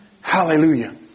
Hallelujah